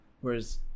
whereas